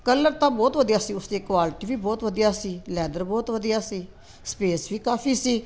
colour ਤਾਂ ਬਹੁਤ ਵਧੀਆ ਸੀ ਉਸਦੀ ਕੁਆਲਿਟੀ ਵੀ ਬਹੁਤ ਵਧੀਆ ਸੀ ਲੈਦਰ ਬਹੁਤ ਵਧੀਆ ਸੀ ਸਪੇਸ ਵੀ ਕਾਫ਼ੀ ਸੀ